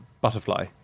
butterfly